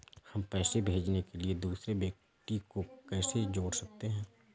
हम पैसे भेजने के लिए दूसरे व्यक्ति को कैसे जोड़ सकते हैं?